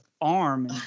arm